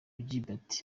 gilbert